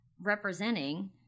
representing